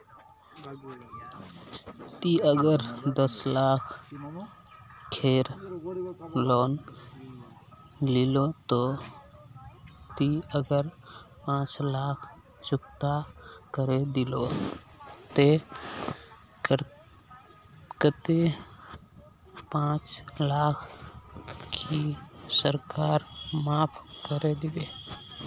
ती अगर दस लाख खेर लोन लिलो ते ती अगर पाँच लाख चुकता करे दिलो ते कतेक पाँच लाख की सरकार माप करे दिबे?